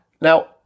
now